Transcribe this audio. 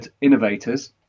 innovators